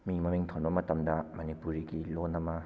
ꯃꯤ ꯃꯃꯤꯡ ꯊꯣꯟꯕ ꯃꯇꯝꯗ ꯃꯅꯤꯄꯨꯔꯤꯒꯤ ꯂꯣꯟ ꯑꯃ